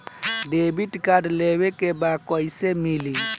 Debit card लेवे के बा कईसे मिली?